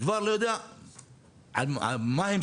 אני כבר לא יודע מה ההמשך.